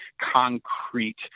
concrete